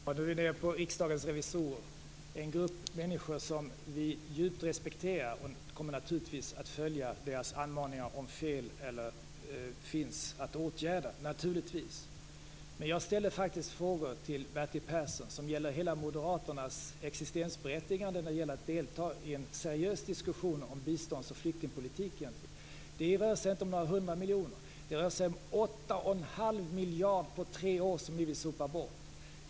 Fru talman! Nu är vi inne på Riksdagens revisorer, en grupp människor som vi djupt respekterar. Vi kommer naturligtvis att följa deras anmaningar om fel finns att åtgärda. Jag ställde frågor till Bertil Persson som gäller moderaternas hela existensberättigande när det gäller att delta i en seriös diskussion om bistånds och flyktingpolitiken. Det rör sig inte om några hundra miljoner. 8 1⁄2 miljarder på tre år vill ni sopa bort.